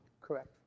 Correct